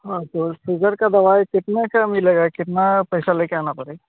हाँ तो सुगर की दवाई कितने की मिलेगी कितने पैसा लेकर आना पड़ेगा